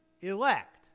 elect